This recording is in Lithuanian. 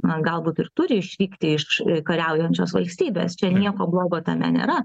na galbūt ir turi išvykti iš kariaujančios valstybės čia nieko blogo tame nėra